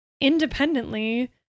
independently